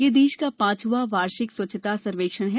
यह देश का पांचवां वार्षिक स्वच्छता सर्वेक्षण है